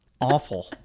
awful